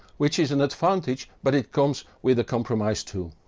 which is an advantage but it comes with compromises too.